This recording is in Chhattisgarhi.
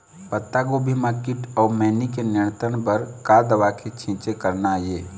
पत्तागोभी म कीट अऊ मैनी के नियंत्रण बर का दवा के छींचे करना ये?